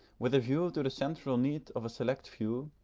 with a view to the central need of a select few,